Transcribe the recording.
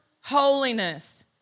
holiness